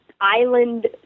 island